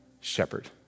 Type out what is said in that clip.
shepherd